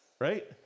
right